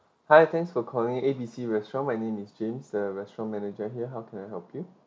hi thanks for calling A B C restaurant my name is james the restaurant manager here how can I help you